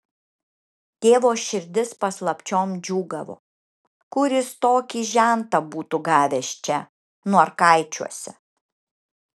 tėvo širdis paslapčiom džiūgavo kur jis tokį žentą būtų gavęs čia norkaičiuose